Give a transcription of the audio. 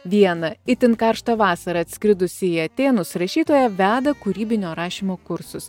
vieną itin karštą vasarą atskridusi į atėnus rašytoja veda kūrybinio rašymo kursus